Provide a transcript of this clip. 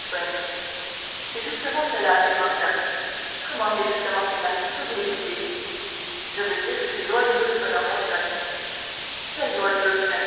c'est justement cela dit morcerf comment c'est justement cela que voulez-vous dire je veux dire que c'est lord ruthwen en personne quel